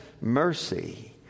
mercy